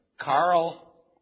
Carl